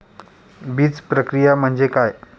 बीजप्रक्रिया म्हणजे काय?